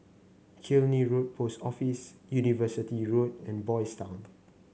Killiney Road Post Office University Road and Boys' Town